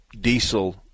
diesel